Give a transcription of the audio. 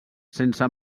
sense